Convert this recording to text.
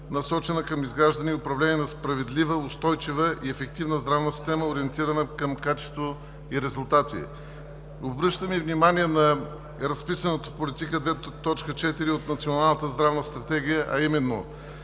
насочена към изграждане и управление на справедлива, устойчива и ефективна здравна система, ориентирана към качество и резултати. Обръщаме внимание на разписаното в Политика 2.4 от Националната здравна стратегия, а именно: